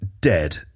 dead